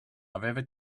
i’ve